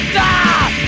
die